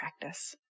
practice